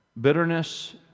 bitterness